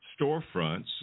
storefronts